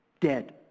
dead